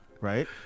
Right